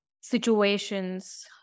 situations